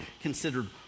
considered